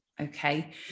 okay